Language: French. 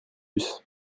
bus